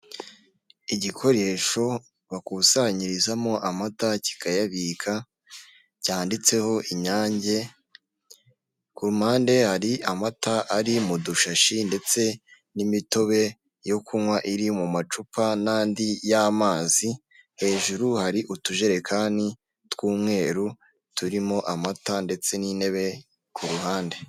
Igikoresho bakusanyirizamo amata kikayabika, cyanditseho inyange, ku mpande hari amata ari mu dushashi ndetse n'imitobe yo kunywa iri mu macupa n'andi y'amazi, hejuru hari utujerekani tw'umweru turimo amata ndetse n'intebe ku ruhande.